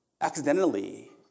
accidentally